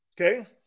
Okay